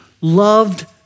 loved